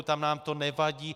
Tam nám to nevadí.